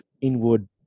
inward